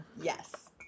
Yes